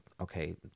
okay